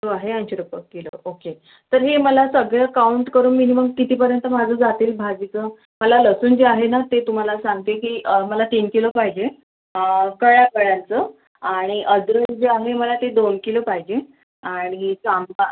तो आहे ऐंशी रुपये किलो ओके तर हे मला सगळं काउंट करून मिनिमम कितीपर्यंत माझं जातील भाजीचं मला लसूण जे आहे ना ते तुम्हाला सांगते की मला तीन किलो पाहिजे कळ्याकळ्यांचं आणि अद्रक जे आहे मला ते दोन किलो पाहिजे आणि सांबार